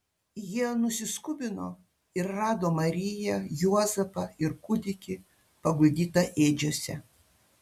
jie nusiskubino ir rado mariją juozapą ir kūdikį paguldytą ėdžiose